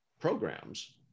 programs